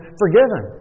forgiven